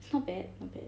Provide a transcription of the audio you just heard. it's not bad not bad